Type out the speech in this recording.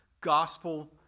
gospel